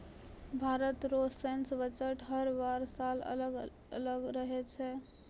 भारत रो सैन्य बजट हर एक साल अलग अलग रहै छै